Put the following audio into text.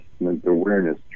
awareness